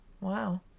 wow